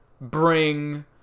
bring